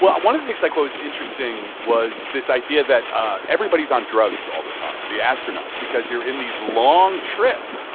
well, one of the things like, what was interesting was this idea that ah everybody's on drugs all the time the astronauts. because you're in these long trips.